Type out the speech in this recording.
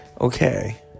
Okay